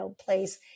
place